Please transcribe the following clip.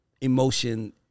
emotion